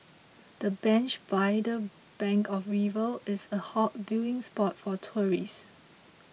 the bench by the bank of the river is a hot viewing spot for tourists